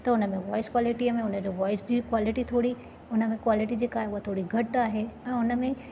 त हुन में वॉइस क्वालिटीअ में उनजो वॉइस जी क्वालिटी थोरी उन में क्वालिटी जेका आहे उहा थोरी घटि आहे ऐं उन में